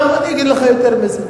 אני אגיד לך יותר מזה.